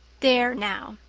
there now.